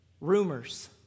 Rumors